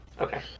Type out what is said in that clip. Okay